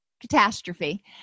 catastrophe